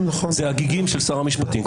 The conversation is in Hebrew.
זה הגיגים של שר המשפטים.